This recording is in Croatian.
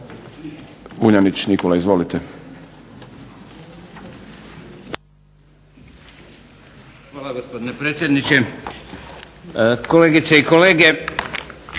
Stranka rada)** Hvala gospodine predsjedniče, kolegice i kolege.